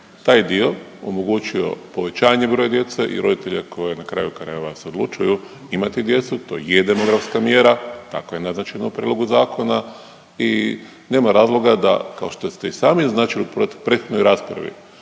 taj dio omogućio povećanje broja djece i roditelja koji na kraju krajeva se odlučuju imati djecu, to je demografska mjera, tako je naznačena u prijedlogu zakona i nema razloga da, kao što ste i sami naznačili u prethodnoj raspravi